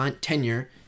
tenure